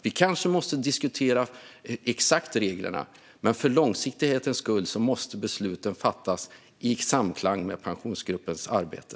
Vi kanske måste diskutera hur reglerna exakt ska se ut, men för långsiktighetens skull måste besluten fattas i samklang med Pensionsgruppens arbete.